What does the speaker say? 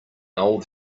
old